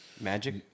Magic